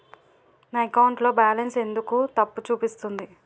నా అకౌంట్ లో బాలన్స్ ఎందుకు తప్పు చూపిస్తుంది?